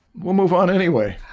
we'll move on anyway